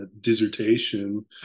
dissertation